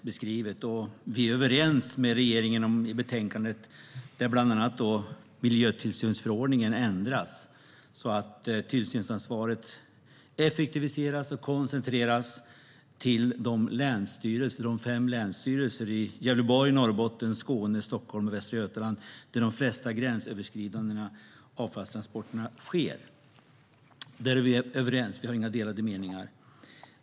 Utskottet är överens med regeringen om att bland annat miljötillsynsförordningen ska ändras så att tillsynsansvaret effektiviseras och koncentreras till de fem länsstyrelserna i Gävleborg, Norrbotten, Skåne, Stockholm och Västra Götaland där de flesta gränsöverskridande avfallstransporterna sker. Vi har inga delade meningar.